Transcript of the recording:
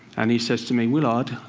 and he says to me willard,